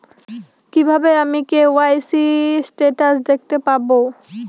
কিভাবে আমি KYC status দেখতে পারবো?